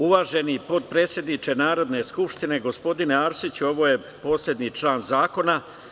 Uvaženi potpredsedniče Narodne skupštine, gospodine Arsiću, ovo je poslednji član zakona.